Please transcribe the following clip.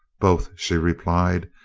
both, she replied,